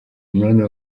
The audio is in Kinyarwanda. umwanya